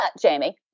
Jamie